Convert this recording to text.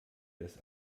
das